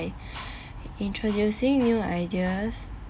introducing new ideas